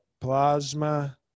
plasma